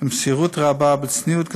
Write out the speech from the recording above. במסירות רבה ובצניעות גדולה,